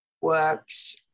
works